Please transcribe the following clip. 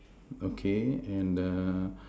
okay and err